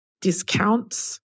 Discounts